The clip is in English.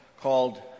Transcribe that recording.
called